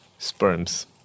Sperms